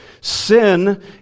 Sin